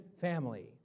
family